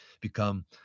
become